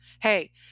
Hey